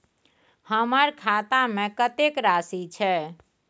हमर खाता में कतेक राशि छै?